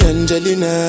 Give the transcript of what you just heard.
Angelina